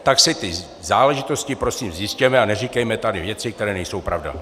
Tak si ty záležitosti prosím zjistěme a neříkejme tady věci, které nejsou pravda.